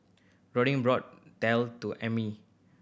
Rodrigo brought daal for Emmie